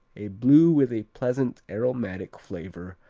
a blue with a pleasant, aromatic flavor,